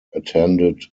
attended